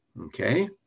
Okay